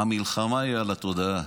המלחמה היא על התודעה.